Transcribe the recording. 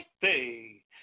Day